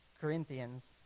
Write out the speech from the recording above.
Corinthians